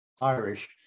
Irish